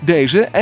Deze